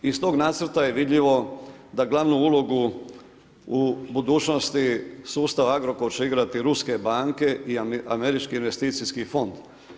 Iz tog nacrta je vidljivo da glavnu ulogu u budućnosti sustava Agrokor će igrati ruske banke i američki investicijski fond.